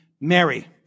Mary